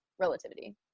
relativity